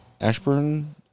Ashburn